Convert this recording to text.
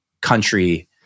country